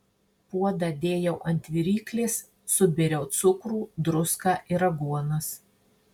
puodą dėjau ant viryklės subėriau cukrų druską ir aguonas